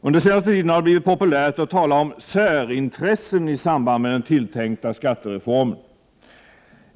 Under senare tiden har det blivit populärt att tala om särintressen i samband med den tilltänkta skattereformen.